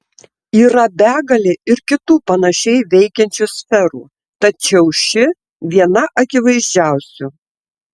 yra begalė ir kitų panašiai veikiančių sferų tačiau ši viena akivaizdžiausių